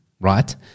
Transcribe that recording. right